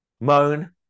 moan